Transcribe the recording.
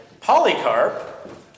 Polycarp